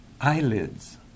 eyelids